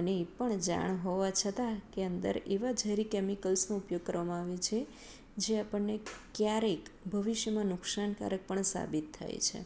અને એ પણ જાણ હોવા છતાં કે અંદર એવા ઝેરી કેમિકલ્સનો ઉપયોગ કરવામાં આવે છે જે આપણને ક્યારેક ભવિષ્યમાં નુકશાનકારક પણ સાબિત થાય છે